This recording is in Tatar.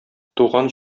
туган